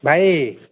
ଭାଇ